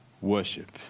worship